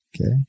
Okay